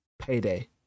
Payday